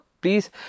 Please